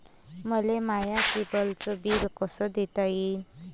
मले माया केबलचं बिल कस देता येईन?